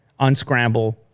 Unscramble